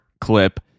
clip